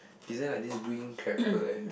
is there like this green character there